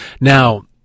Now